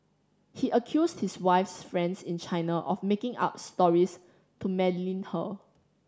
he accused his wife's friends in China of making up stories to malign her